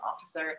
officer